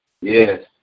Yes